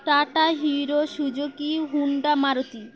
tata Hero Suzuki Honda Maruti